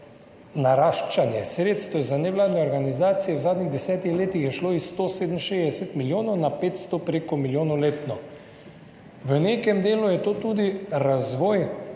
Naraščanje sredstev za nevladne organizacije v zadnjih desetih letih je šlo iz 167 milijonov na preko 500 milijonov letno. V nekem delu je to tudi razvoj